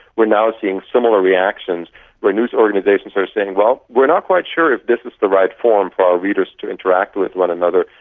now seeing similar reactions where news organisations are saying, well, we're not quite sure if this is the right forum for our readers to interact with one another,